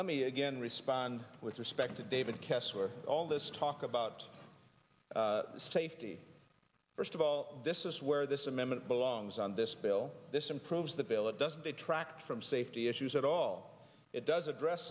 let me again respond with respect to david katz where all this talk about safety first of all this is where this amendment belongs on this bill this improves the bill it doesn't detract from safety issues at all it does address